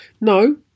No